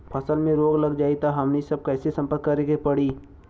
फसल में रोग लग जाई त हमनी सब कैसे संपर्क करें के पड़ी?